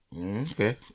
Okay